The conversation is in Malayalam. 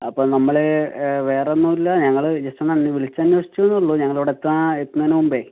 അപ്പോൾ നമ്മൾ വേറെയൊന്നുമില്ല ഞങ്ങൾ ജസ്റ്റ് ഒന്ന് വിളിച്ചന്വേഷിച്ചു എന്നെ ഉള്ളൂ ഞങ്ങളവിടെ എത്താൻ എത്തുന്നതിനു മുൻപ്